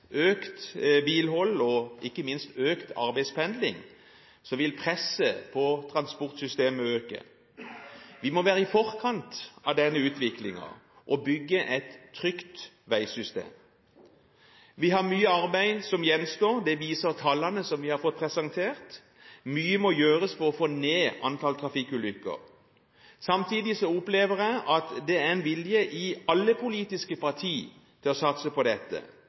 økt bilhold og ikke minst økt arbeidspendling vil presset på transportsystemet øke. Vi må være i forkant av denne utviklingen og bygge et trygt veisystem. Vi har mye arbeid som gjenstår, det viser tallene som vi har fått presentert. Mye må gjøres for å få ned antall trafikkulykker. Samtidig opplever jeg at det er en vilje i alle politiske partier til å satse på dette,